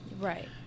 Right